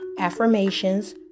affirmations